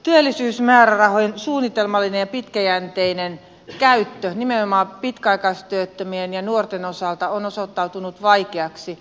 työllisyysmäärärahojen suunnitelmallinen ja pitkäjänteinen käyttö nimenomaan pitkäaikaistyöttömien ja nuorten osalta on osoittautunut vaikeaksi